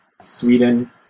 Sweden